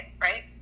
right